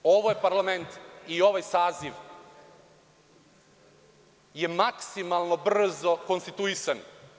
Ovaj parlament i ovaj saziv je maksimalno brzo konstituisan.